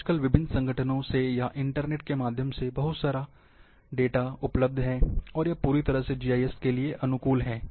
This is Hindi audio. आजकल विभिन्न संगठनों से या इंटरनेट के माध्यम से बहुत सारा डेटा उपलब्ध है और यह पूरी तरह से जीआईएस के लिए अनुकूल है